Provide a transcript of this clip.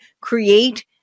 create